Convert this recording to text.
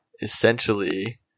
essentially